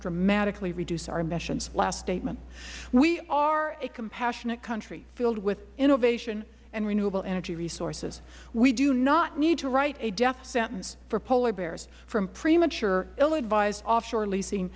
dramatically reduce our emissions last statement we are a compassionate country filled with innovation and renewable energy resources we do not need to write a death sentence for polar bears from premature ill advised offshore leasing